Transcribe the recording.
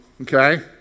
okay